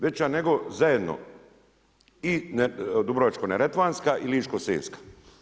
Veća nego zajedno i dubrovačko-neretvanjska i ličko-senjska.